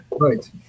Right